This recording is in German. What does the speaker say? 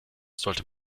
sollte